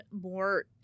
more